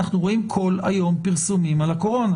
אנחנו רואים כל היום פרסומים על הקורונה,